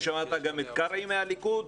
ושמעת גם את קרעי מהליכוד,